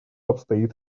обстоит